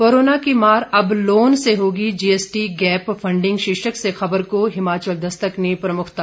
corona की मार अब लोन से होगी जीएसटी गैप फंडिंग शीर्षक से खबर को हिमाचल दस्तक ने प्रमुखता दी है